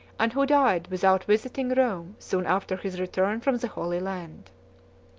and who died without visiting rome soon after his return from the holy land.